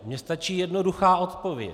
Mně stačí jednoduchá odpověď.